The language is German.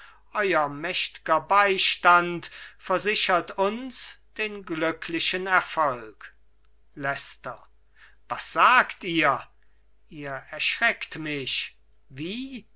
euer mächt'ger beistand versichert uns den glücklichen erfolg leicester was sagt ihr ihr erschreckt mich wie